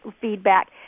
feedback